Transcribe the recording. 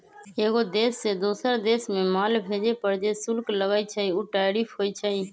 एगो देश से दोसर देश मे माल भेजे पर जे शुल्क लगई छई उ टैरिफ होई छई